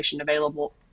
available